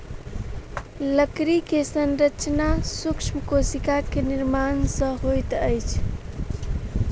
लकड़ी के संरचना सूक्ष्म कोशिका के निर्माण सॅ होइत अछि